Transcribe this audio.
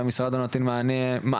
והמשרד לא נותן מענים,